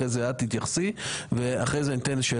אחר כך שגית תתייחס ואחר כך אני אאפשר לחברי